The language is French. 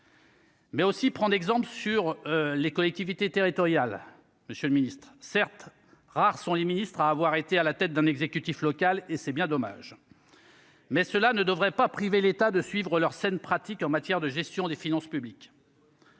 Mais aussi prendre exemple sur les collectivités territoriales, monsieur le Ministre, certes, rares sont les ministres à avoir été à la tête d'un exécutif local, et c'est bien dommage, mais cela ne devrait pas priver l'État de suivre leur saines pratiques en matière de gestion des finances publiques.